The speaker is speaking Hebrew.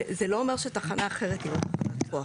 זה לא אומר שתחנה אחרת היא לא ---.